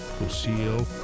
Lucille